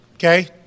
Okay